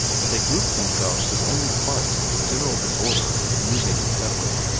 but they grouped themselves as only parts of the general disorder of moving and settling,